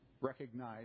recognize